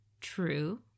True